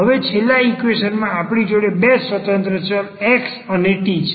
હવે છેલ્લા ઈક્વેશન માં આપણી જોડે બે સ્વતંત્ર ચલ x અને t છે